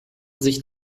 sich